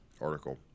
article